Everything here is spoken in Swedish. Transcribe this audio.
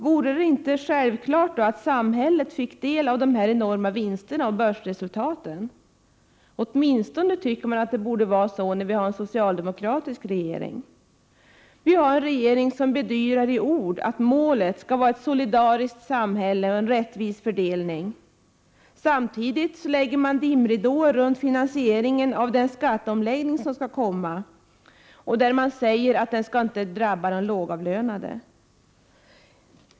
Vore det inte självklart att samhället fick del av dessa enorma vinster och börsresultat, när samhällsekonomin går så bra? Åtminstone borde det vara så när vi har en socialdemokratisk regering, kan man tycka. Vi har ju en regering som i ord bedyrar att målet är ett solidariskt samhälle och en rättvis fördelning, men som samtidigt lägger dimridåer runt finansieringen av den skatteomläggning som skall komma och säger att den inte skall drabba de lågavlönade.